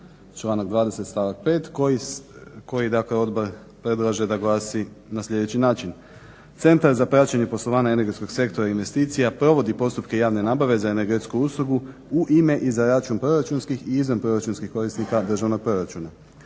članak 20. Stavak 5. koji dakle Odbor predlaže da glasi na sljedeći način: "Centar za praćenje poslovanja energetskog sektora investicija provodi postupke javne nabave za energetsku uslugu u ime i za račun proračunskih i izvan proračunskih korisnika državnog proračuna.